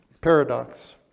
paradox